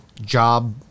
job